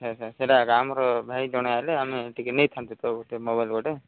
ଆଚ୍ଛା ଆଚ୍ଛା ସେଇଟା ଏକ ଆମର ଭାଇ ଜଣେ ଆସିଲେ ଆମେ ଟିକେ ନେଇଥାନ୍ତୁ ତ ଗୋଟେ ମୋବାଇଲ୍ ଗୋଟେ